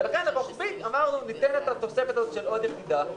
לכן אמרנו שרוחבית ניתן את התוספת הזאת של עוד יחידה,